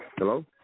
Hello